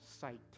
sight